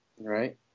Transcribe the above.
Right